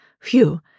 Phew